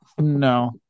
No